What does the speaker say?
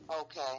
Okay